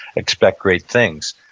expect great things.